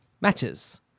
Matches